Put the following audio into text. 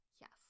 Yes